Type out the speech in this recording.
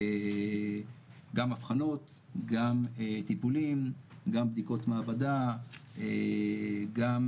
גם אבחנות, גם טיפולים, גם בדיקות מעבדה, גם